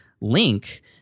link